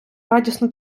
радісно